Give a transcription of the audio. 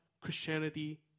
Christianity